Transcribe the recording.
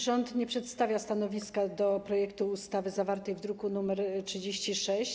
Rząd nie przedstawia stanowiska do projektu ustawy zawartej w druku nr 36.